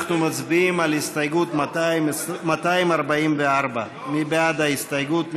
אנחנו מצביעים על הסתייגות 244. מי בעד ההסתייגות?